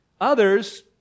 Others